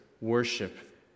worship